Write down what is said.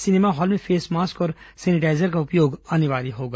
cinema hall में face mask और sanitiser का उपयोग अनिवार्य होगा